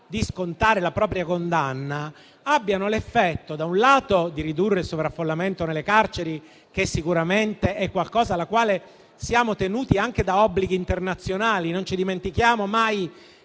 di scontare la propria condanna abbiano l'effetto, da un lato, di ridurre il sovraffollamento nelle carceri, che sicuramente è qualcosa alla quale siamo tenuti anche da obblighi internazionali (non ci dimentichiamo mai